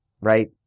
right